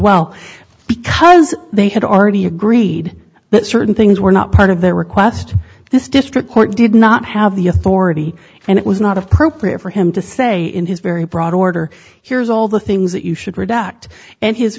well because they had already agreed that certain things were not part of their request this district court did not have the authority and it was not appropriate for him to say in his very broad order here's all the things that you should redact and his